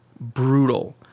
brutal